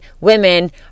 Women